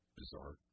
bizarre